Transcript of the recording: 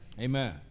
Amen